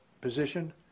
position